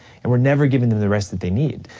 and we're never giving them the rest that they need.